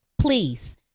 please